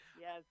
Yes